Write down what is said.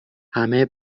همه